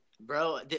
bro